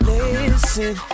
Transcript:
Listen